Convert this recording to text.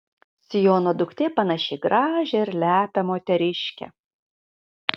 siono duktė panaši į gražią ir lepią moteriškę